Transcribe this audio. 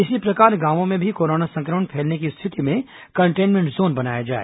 इसी प्रकार गांवों में भी कोरोना संक्रमण फैलने की स्थिति में कंटेनमेंट जोन बनाया जाए